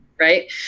Right